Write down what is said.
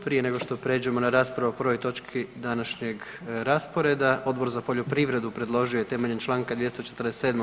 Prije nego što prijeđemo na raspravu o prvoj točki današnjeg rasporeda, Odbor za poljoprivredu predložio je temeljem čl. 247.